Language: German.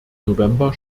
november